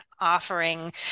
offering